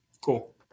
Cool